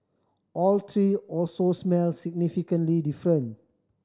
all three also smelled significantly different